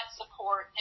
support